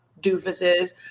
doofuses